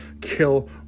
kill